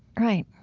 right.